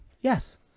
Yes